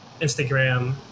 Instagram